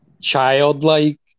childlike